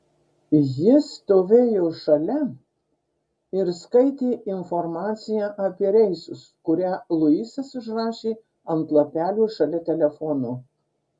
ji stovėjo šalia ir skaitė informaciją apie reisus kurią luisas užrašė ant lapelio šalia telefono